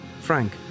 Frank